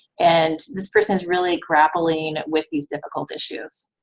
and this person is really grappling with these difficult issues.